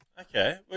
Okay